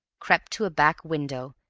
crept to a back window,